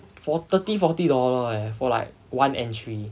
for thirty forty dollar leh for like one entry